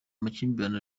makimbirane